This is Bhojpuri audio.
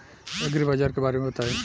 एग्रीबाजार के बारे में बताई?